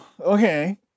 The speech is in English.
Okay